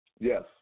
Yes